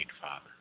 Father